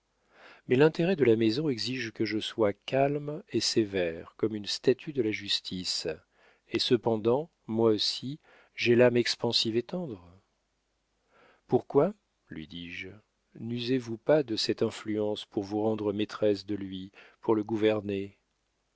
mais l'intérêt de la maison exige que je sois calme et sévère comme une statue de la justice et cependant moi aussi j'ai l'âme expansive et tendre pourquoi lui dis-je nusez vous pas de cette influence pour vous rendre maîtresse de lui pour le gouverner